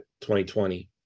2020